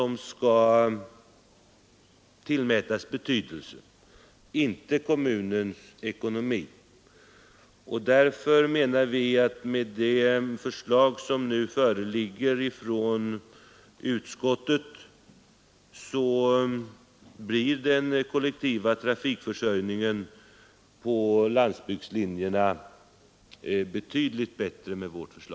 Med det förslag som nu föreligger från utskottet menar vi att den kollektiva trafikförsörjningen på landsbygdslinjerna blir betydligt bättre.